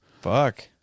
Fuck